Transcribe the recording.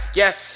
yes